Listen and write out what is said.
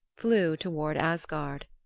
flew toward asgard.